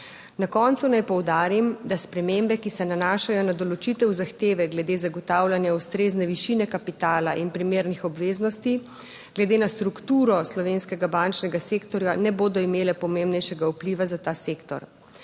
Na koncu naj poudarim, da spremembe, ki se nanašajo na določitev zahteve glede zagotavljanja ustrezne višine kapitala in primernih obveznosti glede na strukturo slovenskega bančnega sektorja ne bodo imele pomembnejšega vpliva za ta sektor.